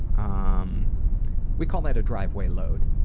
um we call that a driveway load.